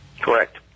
Correct